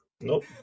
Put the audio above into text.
Nope